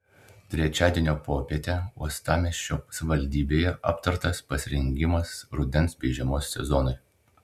trečiadienio popietę uostamiesčio savivaldybėje aptartas pasirengimas rudens bei žiemos sezonui